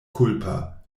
kulpa